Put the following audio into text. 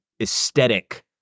aesthetic